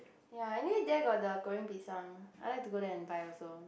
ya anyway there got the Goreng Pisang I like to go there and buy also